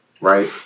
right